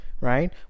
right